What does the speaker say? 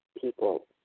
people